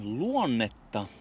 luonnetta